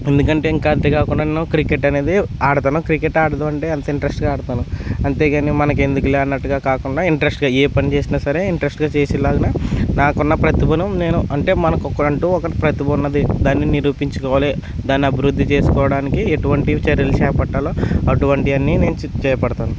ఎందుకంటే ఇంకా అంతే కాకుండా క్రికెట్ అనేది ఆడుతాను క్రికెట్ ఆడుతుంటే ఎంత ఇంట్రెస్ట్గా ఆడుతాను అంతేగానీ మనకెందుకులే అన్నట్టుగా కాకుండా ఇంట్రెస్ట్గా ఏ పని చేసిన సరే ఇంట్రెస్ట్గా చేసే లాగానే నాకున్న ప్రతిభను నేను అంటే మనకు ఒకరంటూ ఒక ప్రతిభ ఉంది దాన్ని నిరూపించుకోవాలి దాన్ని అభివృద్ధి చేసుకోడానికి ఎటువంటి చర్యలు చేపట్టాలో అటువంటి అన్నీ నేను చేపడతాను